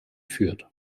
führt